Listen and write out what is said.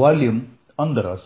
volume અંદર હશે